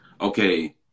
okay